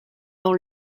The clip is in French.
dans